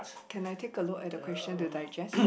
can I take a look at the question to digest